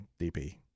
DP